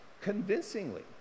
convincingly